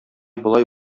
болай